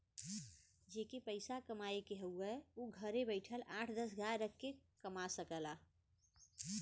जेके के पइसा कमाए के हौ उ घरे बइठल आठ दस गाय रख के कमा सकला